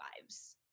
lives